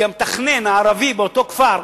כי המתכנן הערבי באותו כפר,